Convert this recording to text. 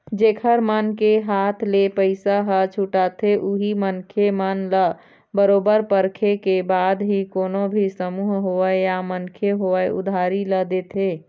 जेखर मन के हाथ ले पइसा ह छूटाथे उही मनखे मन ल बरोबर परखे के बाद ही कोनो भी समूह होवय या मनखे होवय उधारी ल देथे